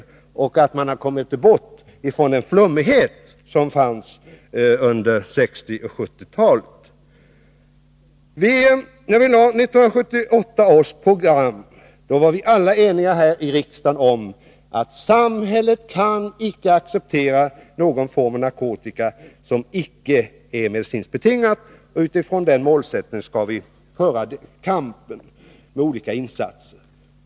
Socialdemokraterna tycks ha kommit bort från den flummighet som fanns under 1960 och 1970-talen. När vi lade 1978 års program var vi alla här i riksdagen eniga om att samhället inte kan acceptera någon form av narkotika som inte ges av medicinska skäl, och utifrån den målsättningen skall vi föra kampen med olika insatser.